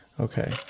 Okay